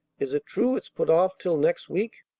is it true it's put off till next week?